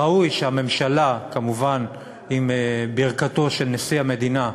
ראוי שהממשלה, כמובן בברכתו של נשיא המדינה,